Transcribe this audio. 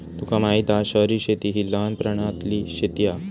तुका माहित हा शहरी शेती हि लहान प्रमाणातली शेती हा